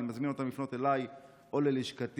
אני מזמין אותם לפנות אליי או ללשכתי,